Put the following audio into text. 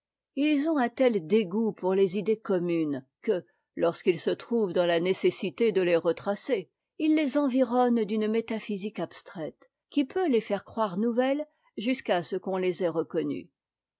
ils ont un tel dégoût pour les idées communes que lorsqu'ils se trouvent dans la nécessité de les retracer ils les environnent d'une métaphysique abstraite qui peut les faire croire nouvelles jusqu'à ce qu'on les ait reconnues